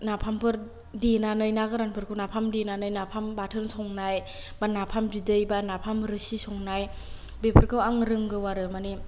नाफामफोर देनानै ना गोरानफोरखौ नाफाम देनानै नाफाम बाथोन संनाय बा नाफाम बिदै बा नाफाम रोसि संनाय बेफोरखौ आं रोंगौ आरो माने